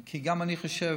כי גם אני חושב,